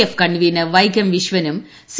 F convenor Vaikom വിശ്വനും C